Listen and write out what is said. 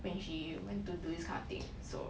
when she went to do this kind of thing so